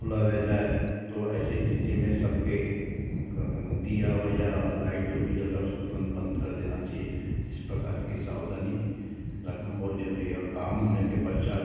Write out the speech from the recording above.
खुला रह जाए तो ऐसी स्तिथि में सबके दिया या लाइट जो भी जल रहा है उसको तुरंत बंद कर देना चाहिए इस प्रकार की सावधानी रखना बहुत ज़रूरी है और काम होने के पश्चात